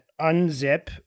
unzip